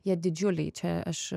jie didžiuliai čia aš